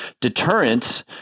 Deterrence